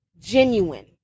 genuine